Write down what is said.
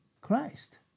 Christ